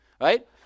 Right